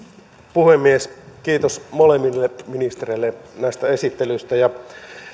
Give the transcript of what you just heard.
puhemies kiitos molemmille ministereille näistä esittelyistä